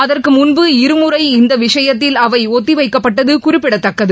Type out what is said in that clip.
அகுற்கு முன்பு இருமுறை இந்த விஷயத்தில் அவை ஒத்தி வைக்கப்பட்டது குறிப்பிடத்தக்கது